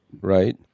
right